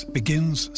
begins